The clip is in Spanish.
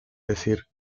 decir